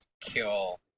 kill